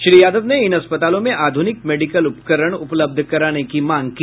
श्री यादव ने इन अस्पतालों में आधुनिक मेडिकल उपकरण उपलब्ध कराने की मांग की